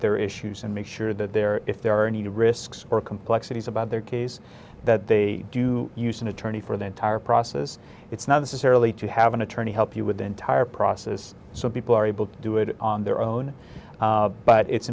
their issues and make sure that their if there are any risks or complexities about their case that they use an attorney for the entire process it's not necessarily to have an attorney help you with the entire process so people are able to do it on their own but it's